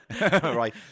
Right